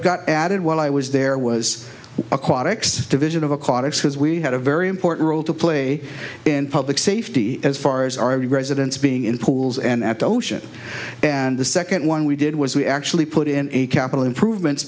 got added while i was there was aquatics division of a cottage because we had a very important role to play in public safety as far as our residents being in pools and at the ocean and the second one we did was we actually put in a capital improvements